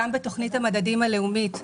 גם בתוכנית המדדים הלאומית,